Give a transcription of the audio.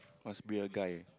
must be a guy